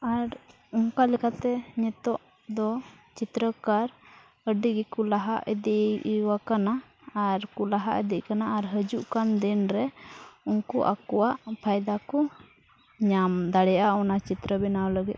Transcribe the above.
ᱟᱨ ᱚᱱᱠᱟ ᱞᱮᱠᱟᱛᱮ ᱱᱤᱛᱚᱜ ᱫᱚ ᱪᱤᱛᱛᱨᱚᱠᱟᱨ ᱟᱹᱰᱤ ᱜᱮᱠᱚ ᱞᱟᱦᱟ ᱤᱫᱤ ᱟᱠᱟᱱᱟ ᱟᱨ ᱠᱚ ᱞᱟᱦᱟ ᱤᱫᱤᱜ ᱠᱟᱱᱟ ᱟᱨ ᱦᱟᱹᱡᱩᱜ ᱠᱟᱱ ᱫᱤᱱ ᱨᱮ ᱩᱱᱠᱩ ᱟᱠᱚᱣᱟᱜ ᱯᱷᱟᱭᱫᱟ ᱠᱚ ᱧᱟᱢ ᱫᱟᱲᱮᱭᱟᱜᱼᱟ ᱚᱱᱟ ᱪᱤᱛᱛᱨᱚ ᱵᱮᱱᱟᱣ ᱞᱟᱹᱜᱤᱫ